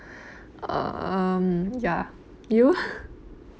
um ya you